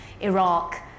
Iraq